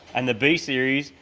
and the b-series,